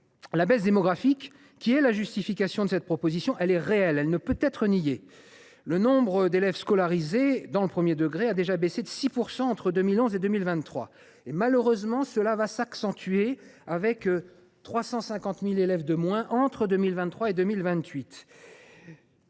La baisse démographique, justification d’une telle proposition, est réelle et ne peut être niée : le nombre d’élèves scolarisés dans le premier degré a déjà baissé de 6 % entre 2011 et 2023. Malheureusement, cela va s’accentuer avec 350 000 élèves de moins entre 2023 et 2028.